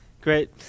Great